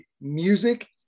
music